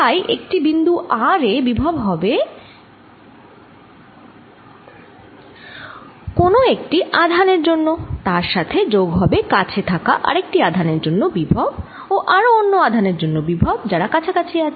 তাই একটি বিন্দু r এ বিভব হবে কোন একটি আধান এর জন্য তার সাথে যোগ হবে কাছে থাকা আরেকটি আধানের জন্য বিভব ও আরও অন্য আধানের জন্য বিভব যারা কাছাকাছি আছে